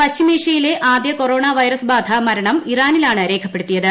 പശ്ചിമേഷ്യയിലെ ആദ്യ corona virus ബാധ മരണം ഇറാനിലാണ് രേഖപ്പെടുത്തിയത്